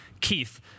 Keith